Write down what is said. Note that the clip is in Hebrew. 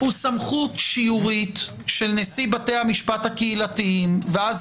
רשאי נשיא בתי המשפט הקהילתיים להורות